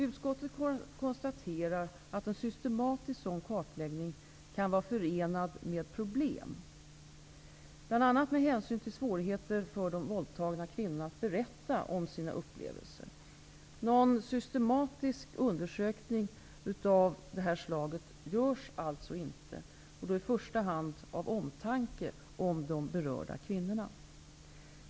Utskottet konstaterar, att en systematisk sådan kartläggning kan vara ''förenad med problem'', bl.a. med hänsyn till svårigheter för de våldtagna kvinnorna att berätta om sina upplevelser. Någon systematisk undersökning av detta slag görs alltså inte, i första hand av omtanke om de berörda kvinnorna.